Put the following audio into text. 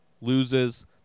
loses